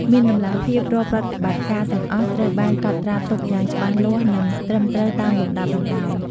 មានតម្លាភាព រាល់ប្រតិបត្តិការទាំងអស់ត្រូវបាន កត់ត្រាទុកយ៉ាងច្បាស់លាស់ និង ត្រឹមត្រូវតាមលំដាប់លំដោយ ។